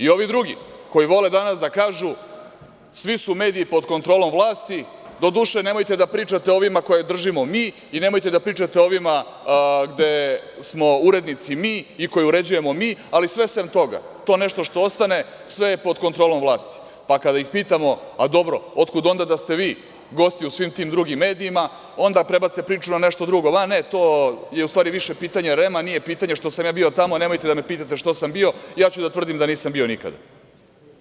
Ovi drugi koji vole da kažu da su svi mediji pod kontrolom vlasti, doduše, nemojte da pričate o ovima koje držimo mi i nemojte da pričate o ovima gde smo urednici mi i koje uređujemo mi, ali sve sem toga, to nešto što ostane, sve je pod kontrolom vlasti, pa kada ih pitamo – dobro, otkud onda da ste vi gosti u svim tim drugim medija, onda prebace priču na nešto drugo – ma, ne, to je u stvari više pitanje REM-a, nije pitanje što sam ja bio tamo, nemojte da me pitate što sam bio, ja ću da tvrdim da nisam bio nikada.